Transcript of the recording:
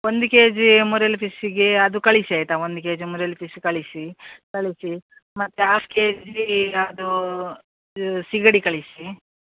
ಒಂದು KG murrel ಫಿಶ್ಶಿಗೆ ಅದು ಕಳಿಸಿ ಆಯಿತಾ one K G murrel fish ಕಳಿಸಿ ಕಳಿಸಿ ಮತ್ತೆ ಆಫ್ ಕೆ ಜೀ ಅದು ಸೀಗಡಿ ಕಳಿಸಿ